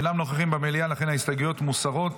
אינם נוכחים במליאה, ולכן ההסתייגויות מוסרות.